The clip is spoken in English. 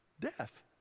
death